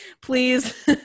please